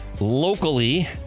locally